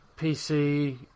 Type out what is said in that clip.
PC